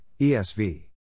ESV